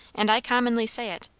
and i commonly say it.